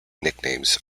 nicknames